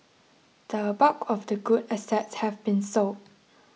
the bulk of the good assets have been sold